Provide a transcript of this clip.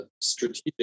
strategic